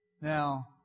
Now